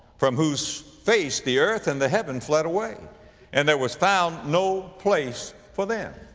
from whose face the earth and the heaven fled away and there was found no place for them.